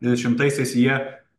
dvidešimtaisiais jie